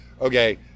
okay